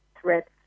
threats